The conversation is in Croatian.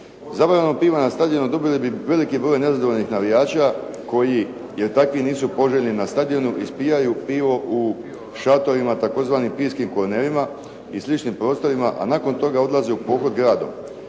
Zabranom piva na stadionu dobili bi veliki broj nezadovoljnih navijača koji, jer takvi nisu poželjni na stadionu ispijaju pivo u šatorima tzv. pivskim … i sličnim prostorima, a nakon toga odlaze u pohod gradom.